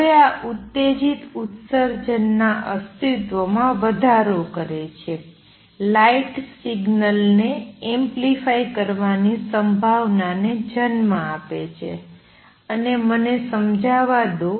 હવે આ ઉત્તેજિત ઉત્સર્જન ના અસ્તિત્વમાં વધારો કરે છે લાઇટ સિગ્નલ ને એમ્પ્લિફાઇ કરવાની સંભાવનાને જન્મ આપે છે અને મને સમજાવવા દો